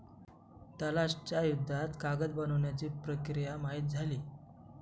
तलाश च्या युद्धात कागद बनवण्याची प्रक्रिया माहित झाली